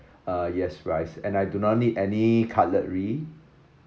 uh yes rice and I do not need any cutlery